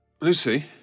Lucy